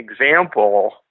example